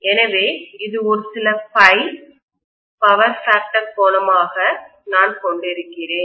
எனவே இது சில phi பவர் ஃபேக்டர் கோணமாக நான் கொண்டிருக்கிறேன்